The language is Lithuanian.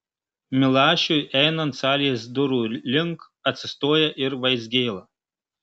milašiui einant salės durų link atsistoja ir vaizgėla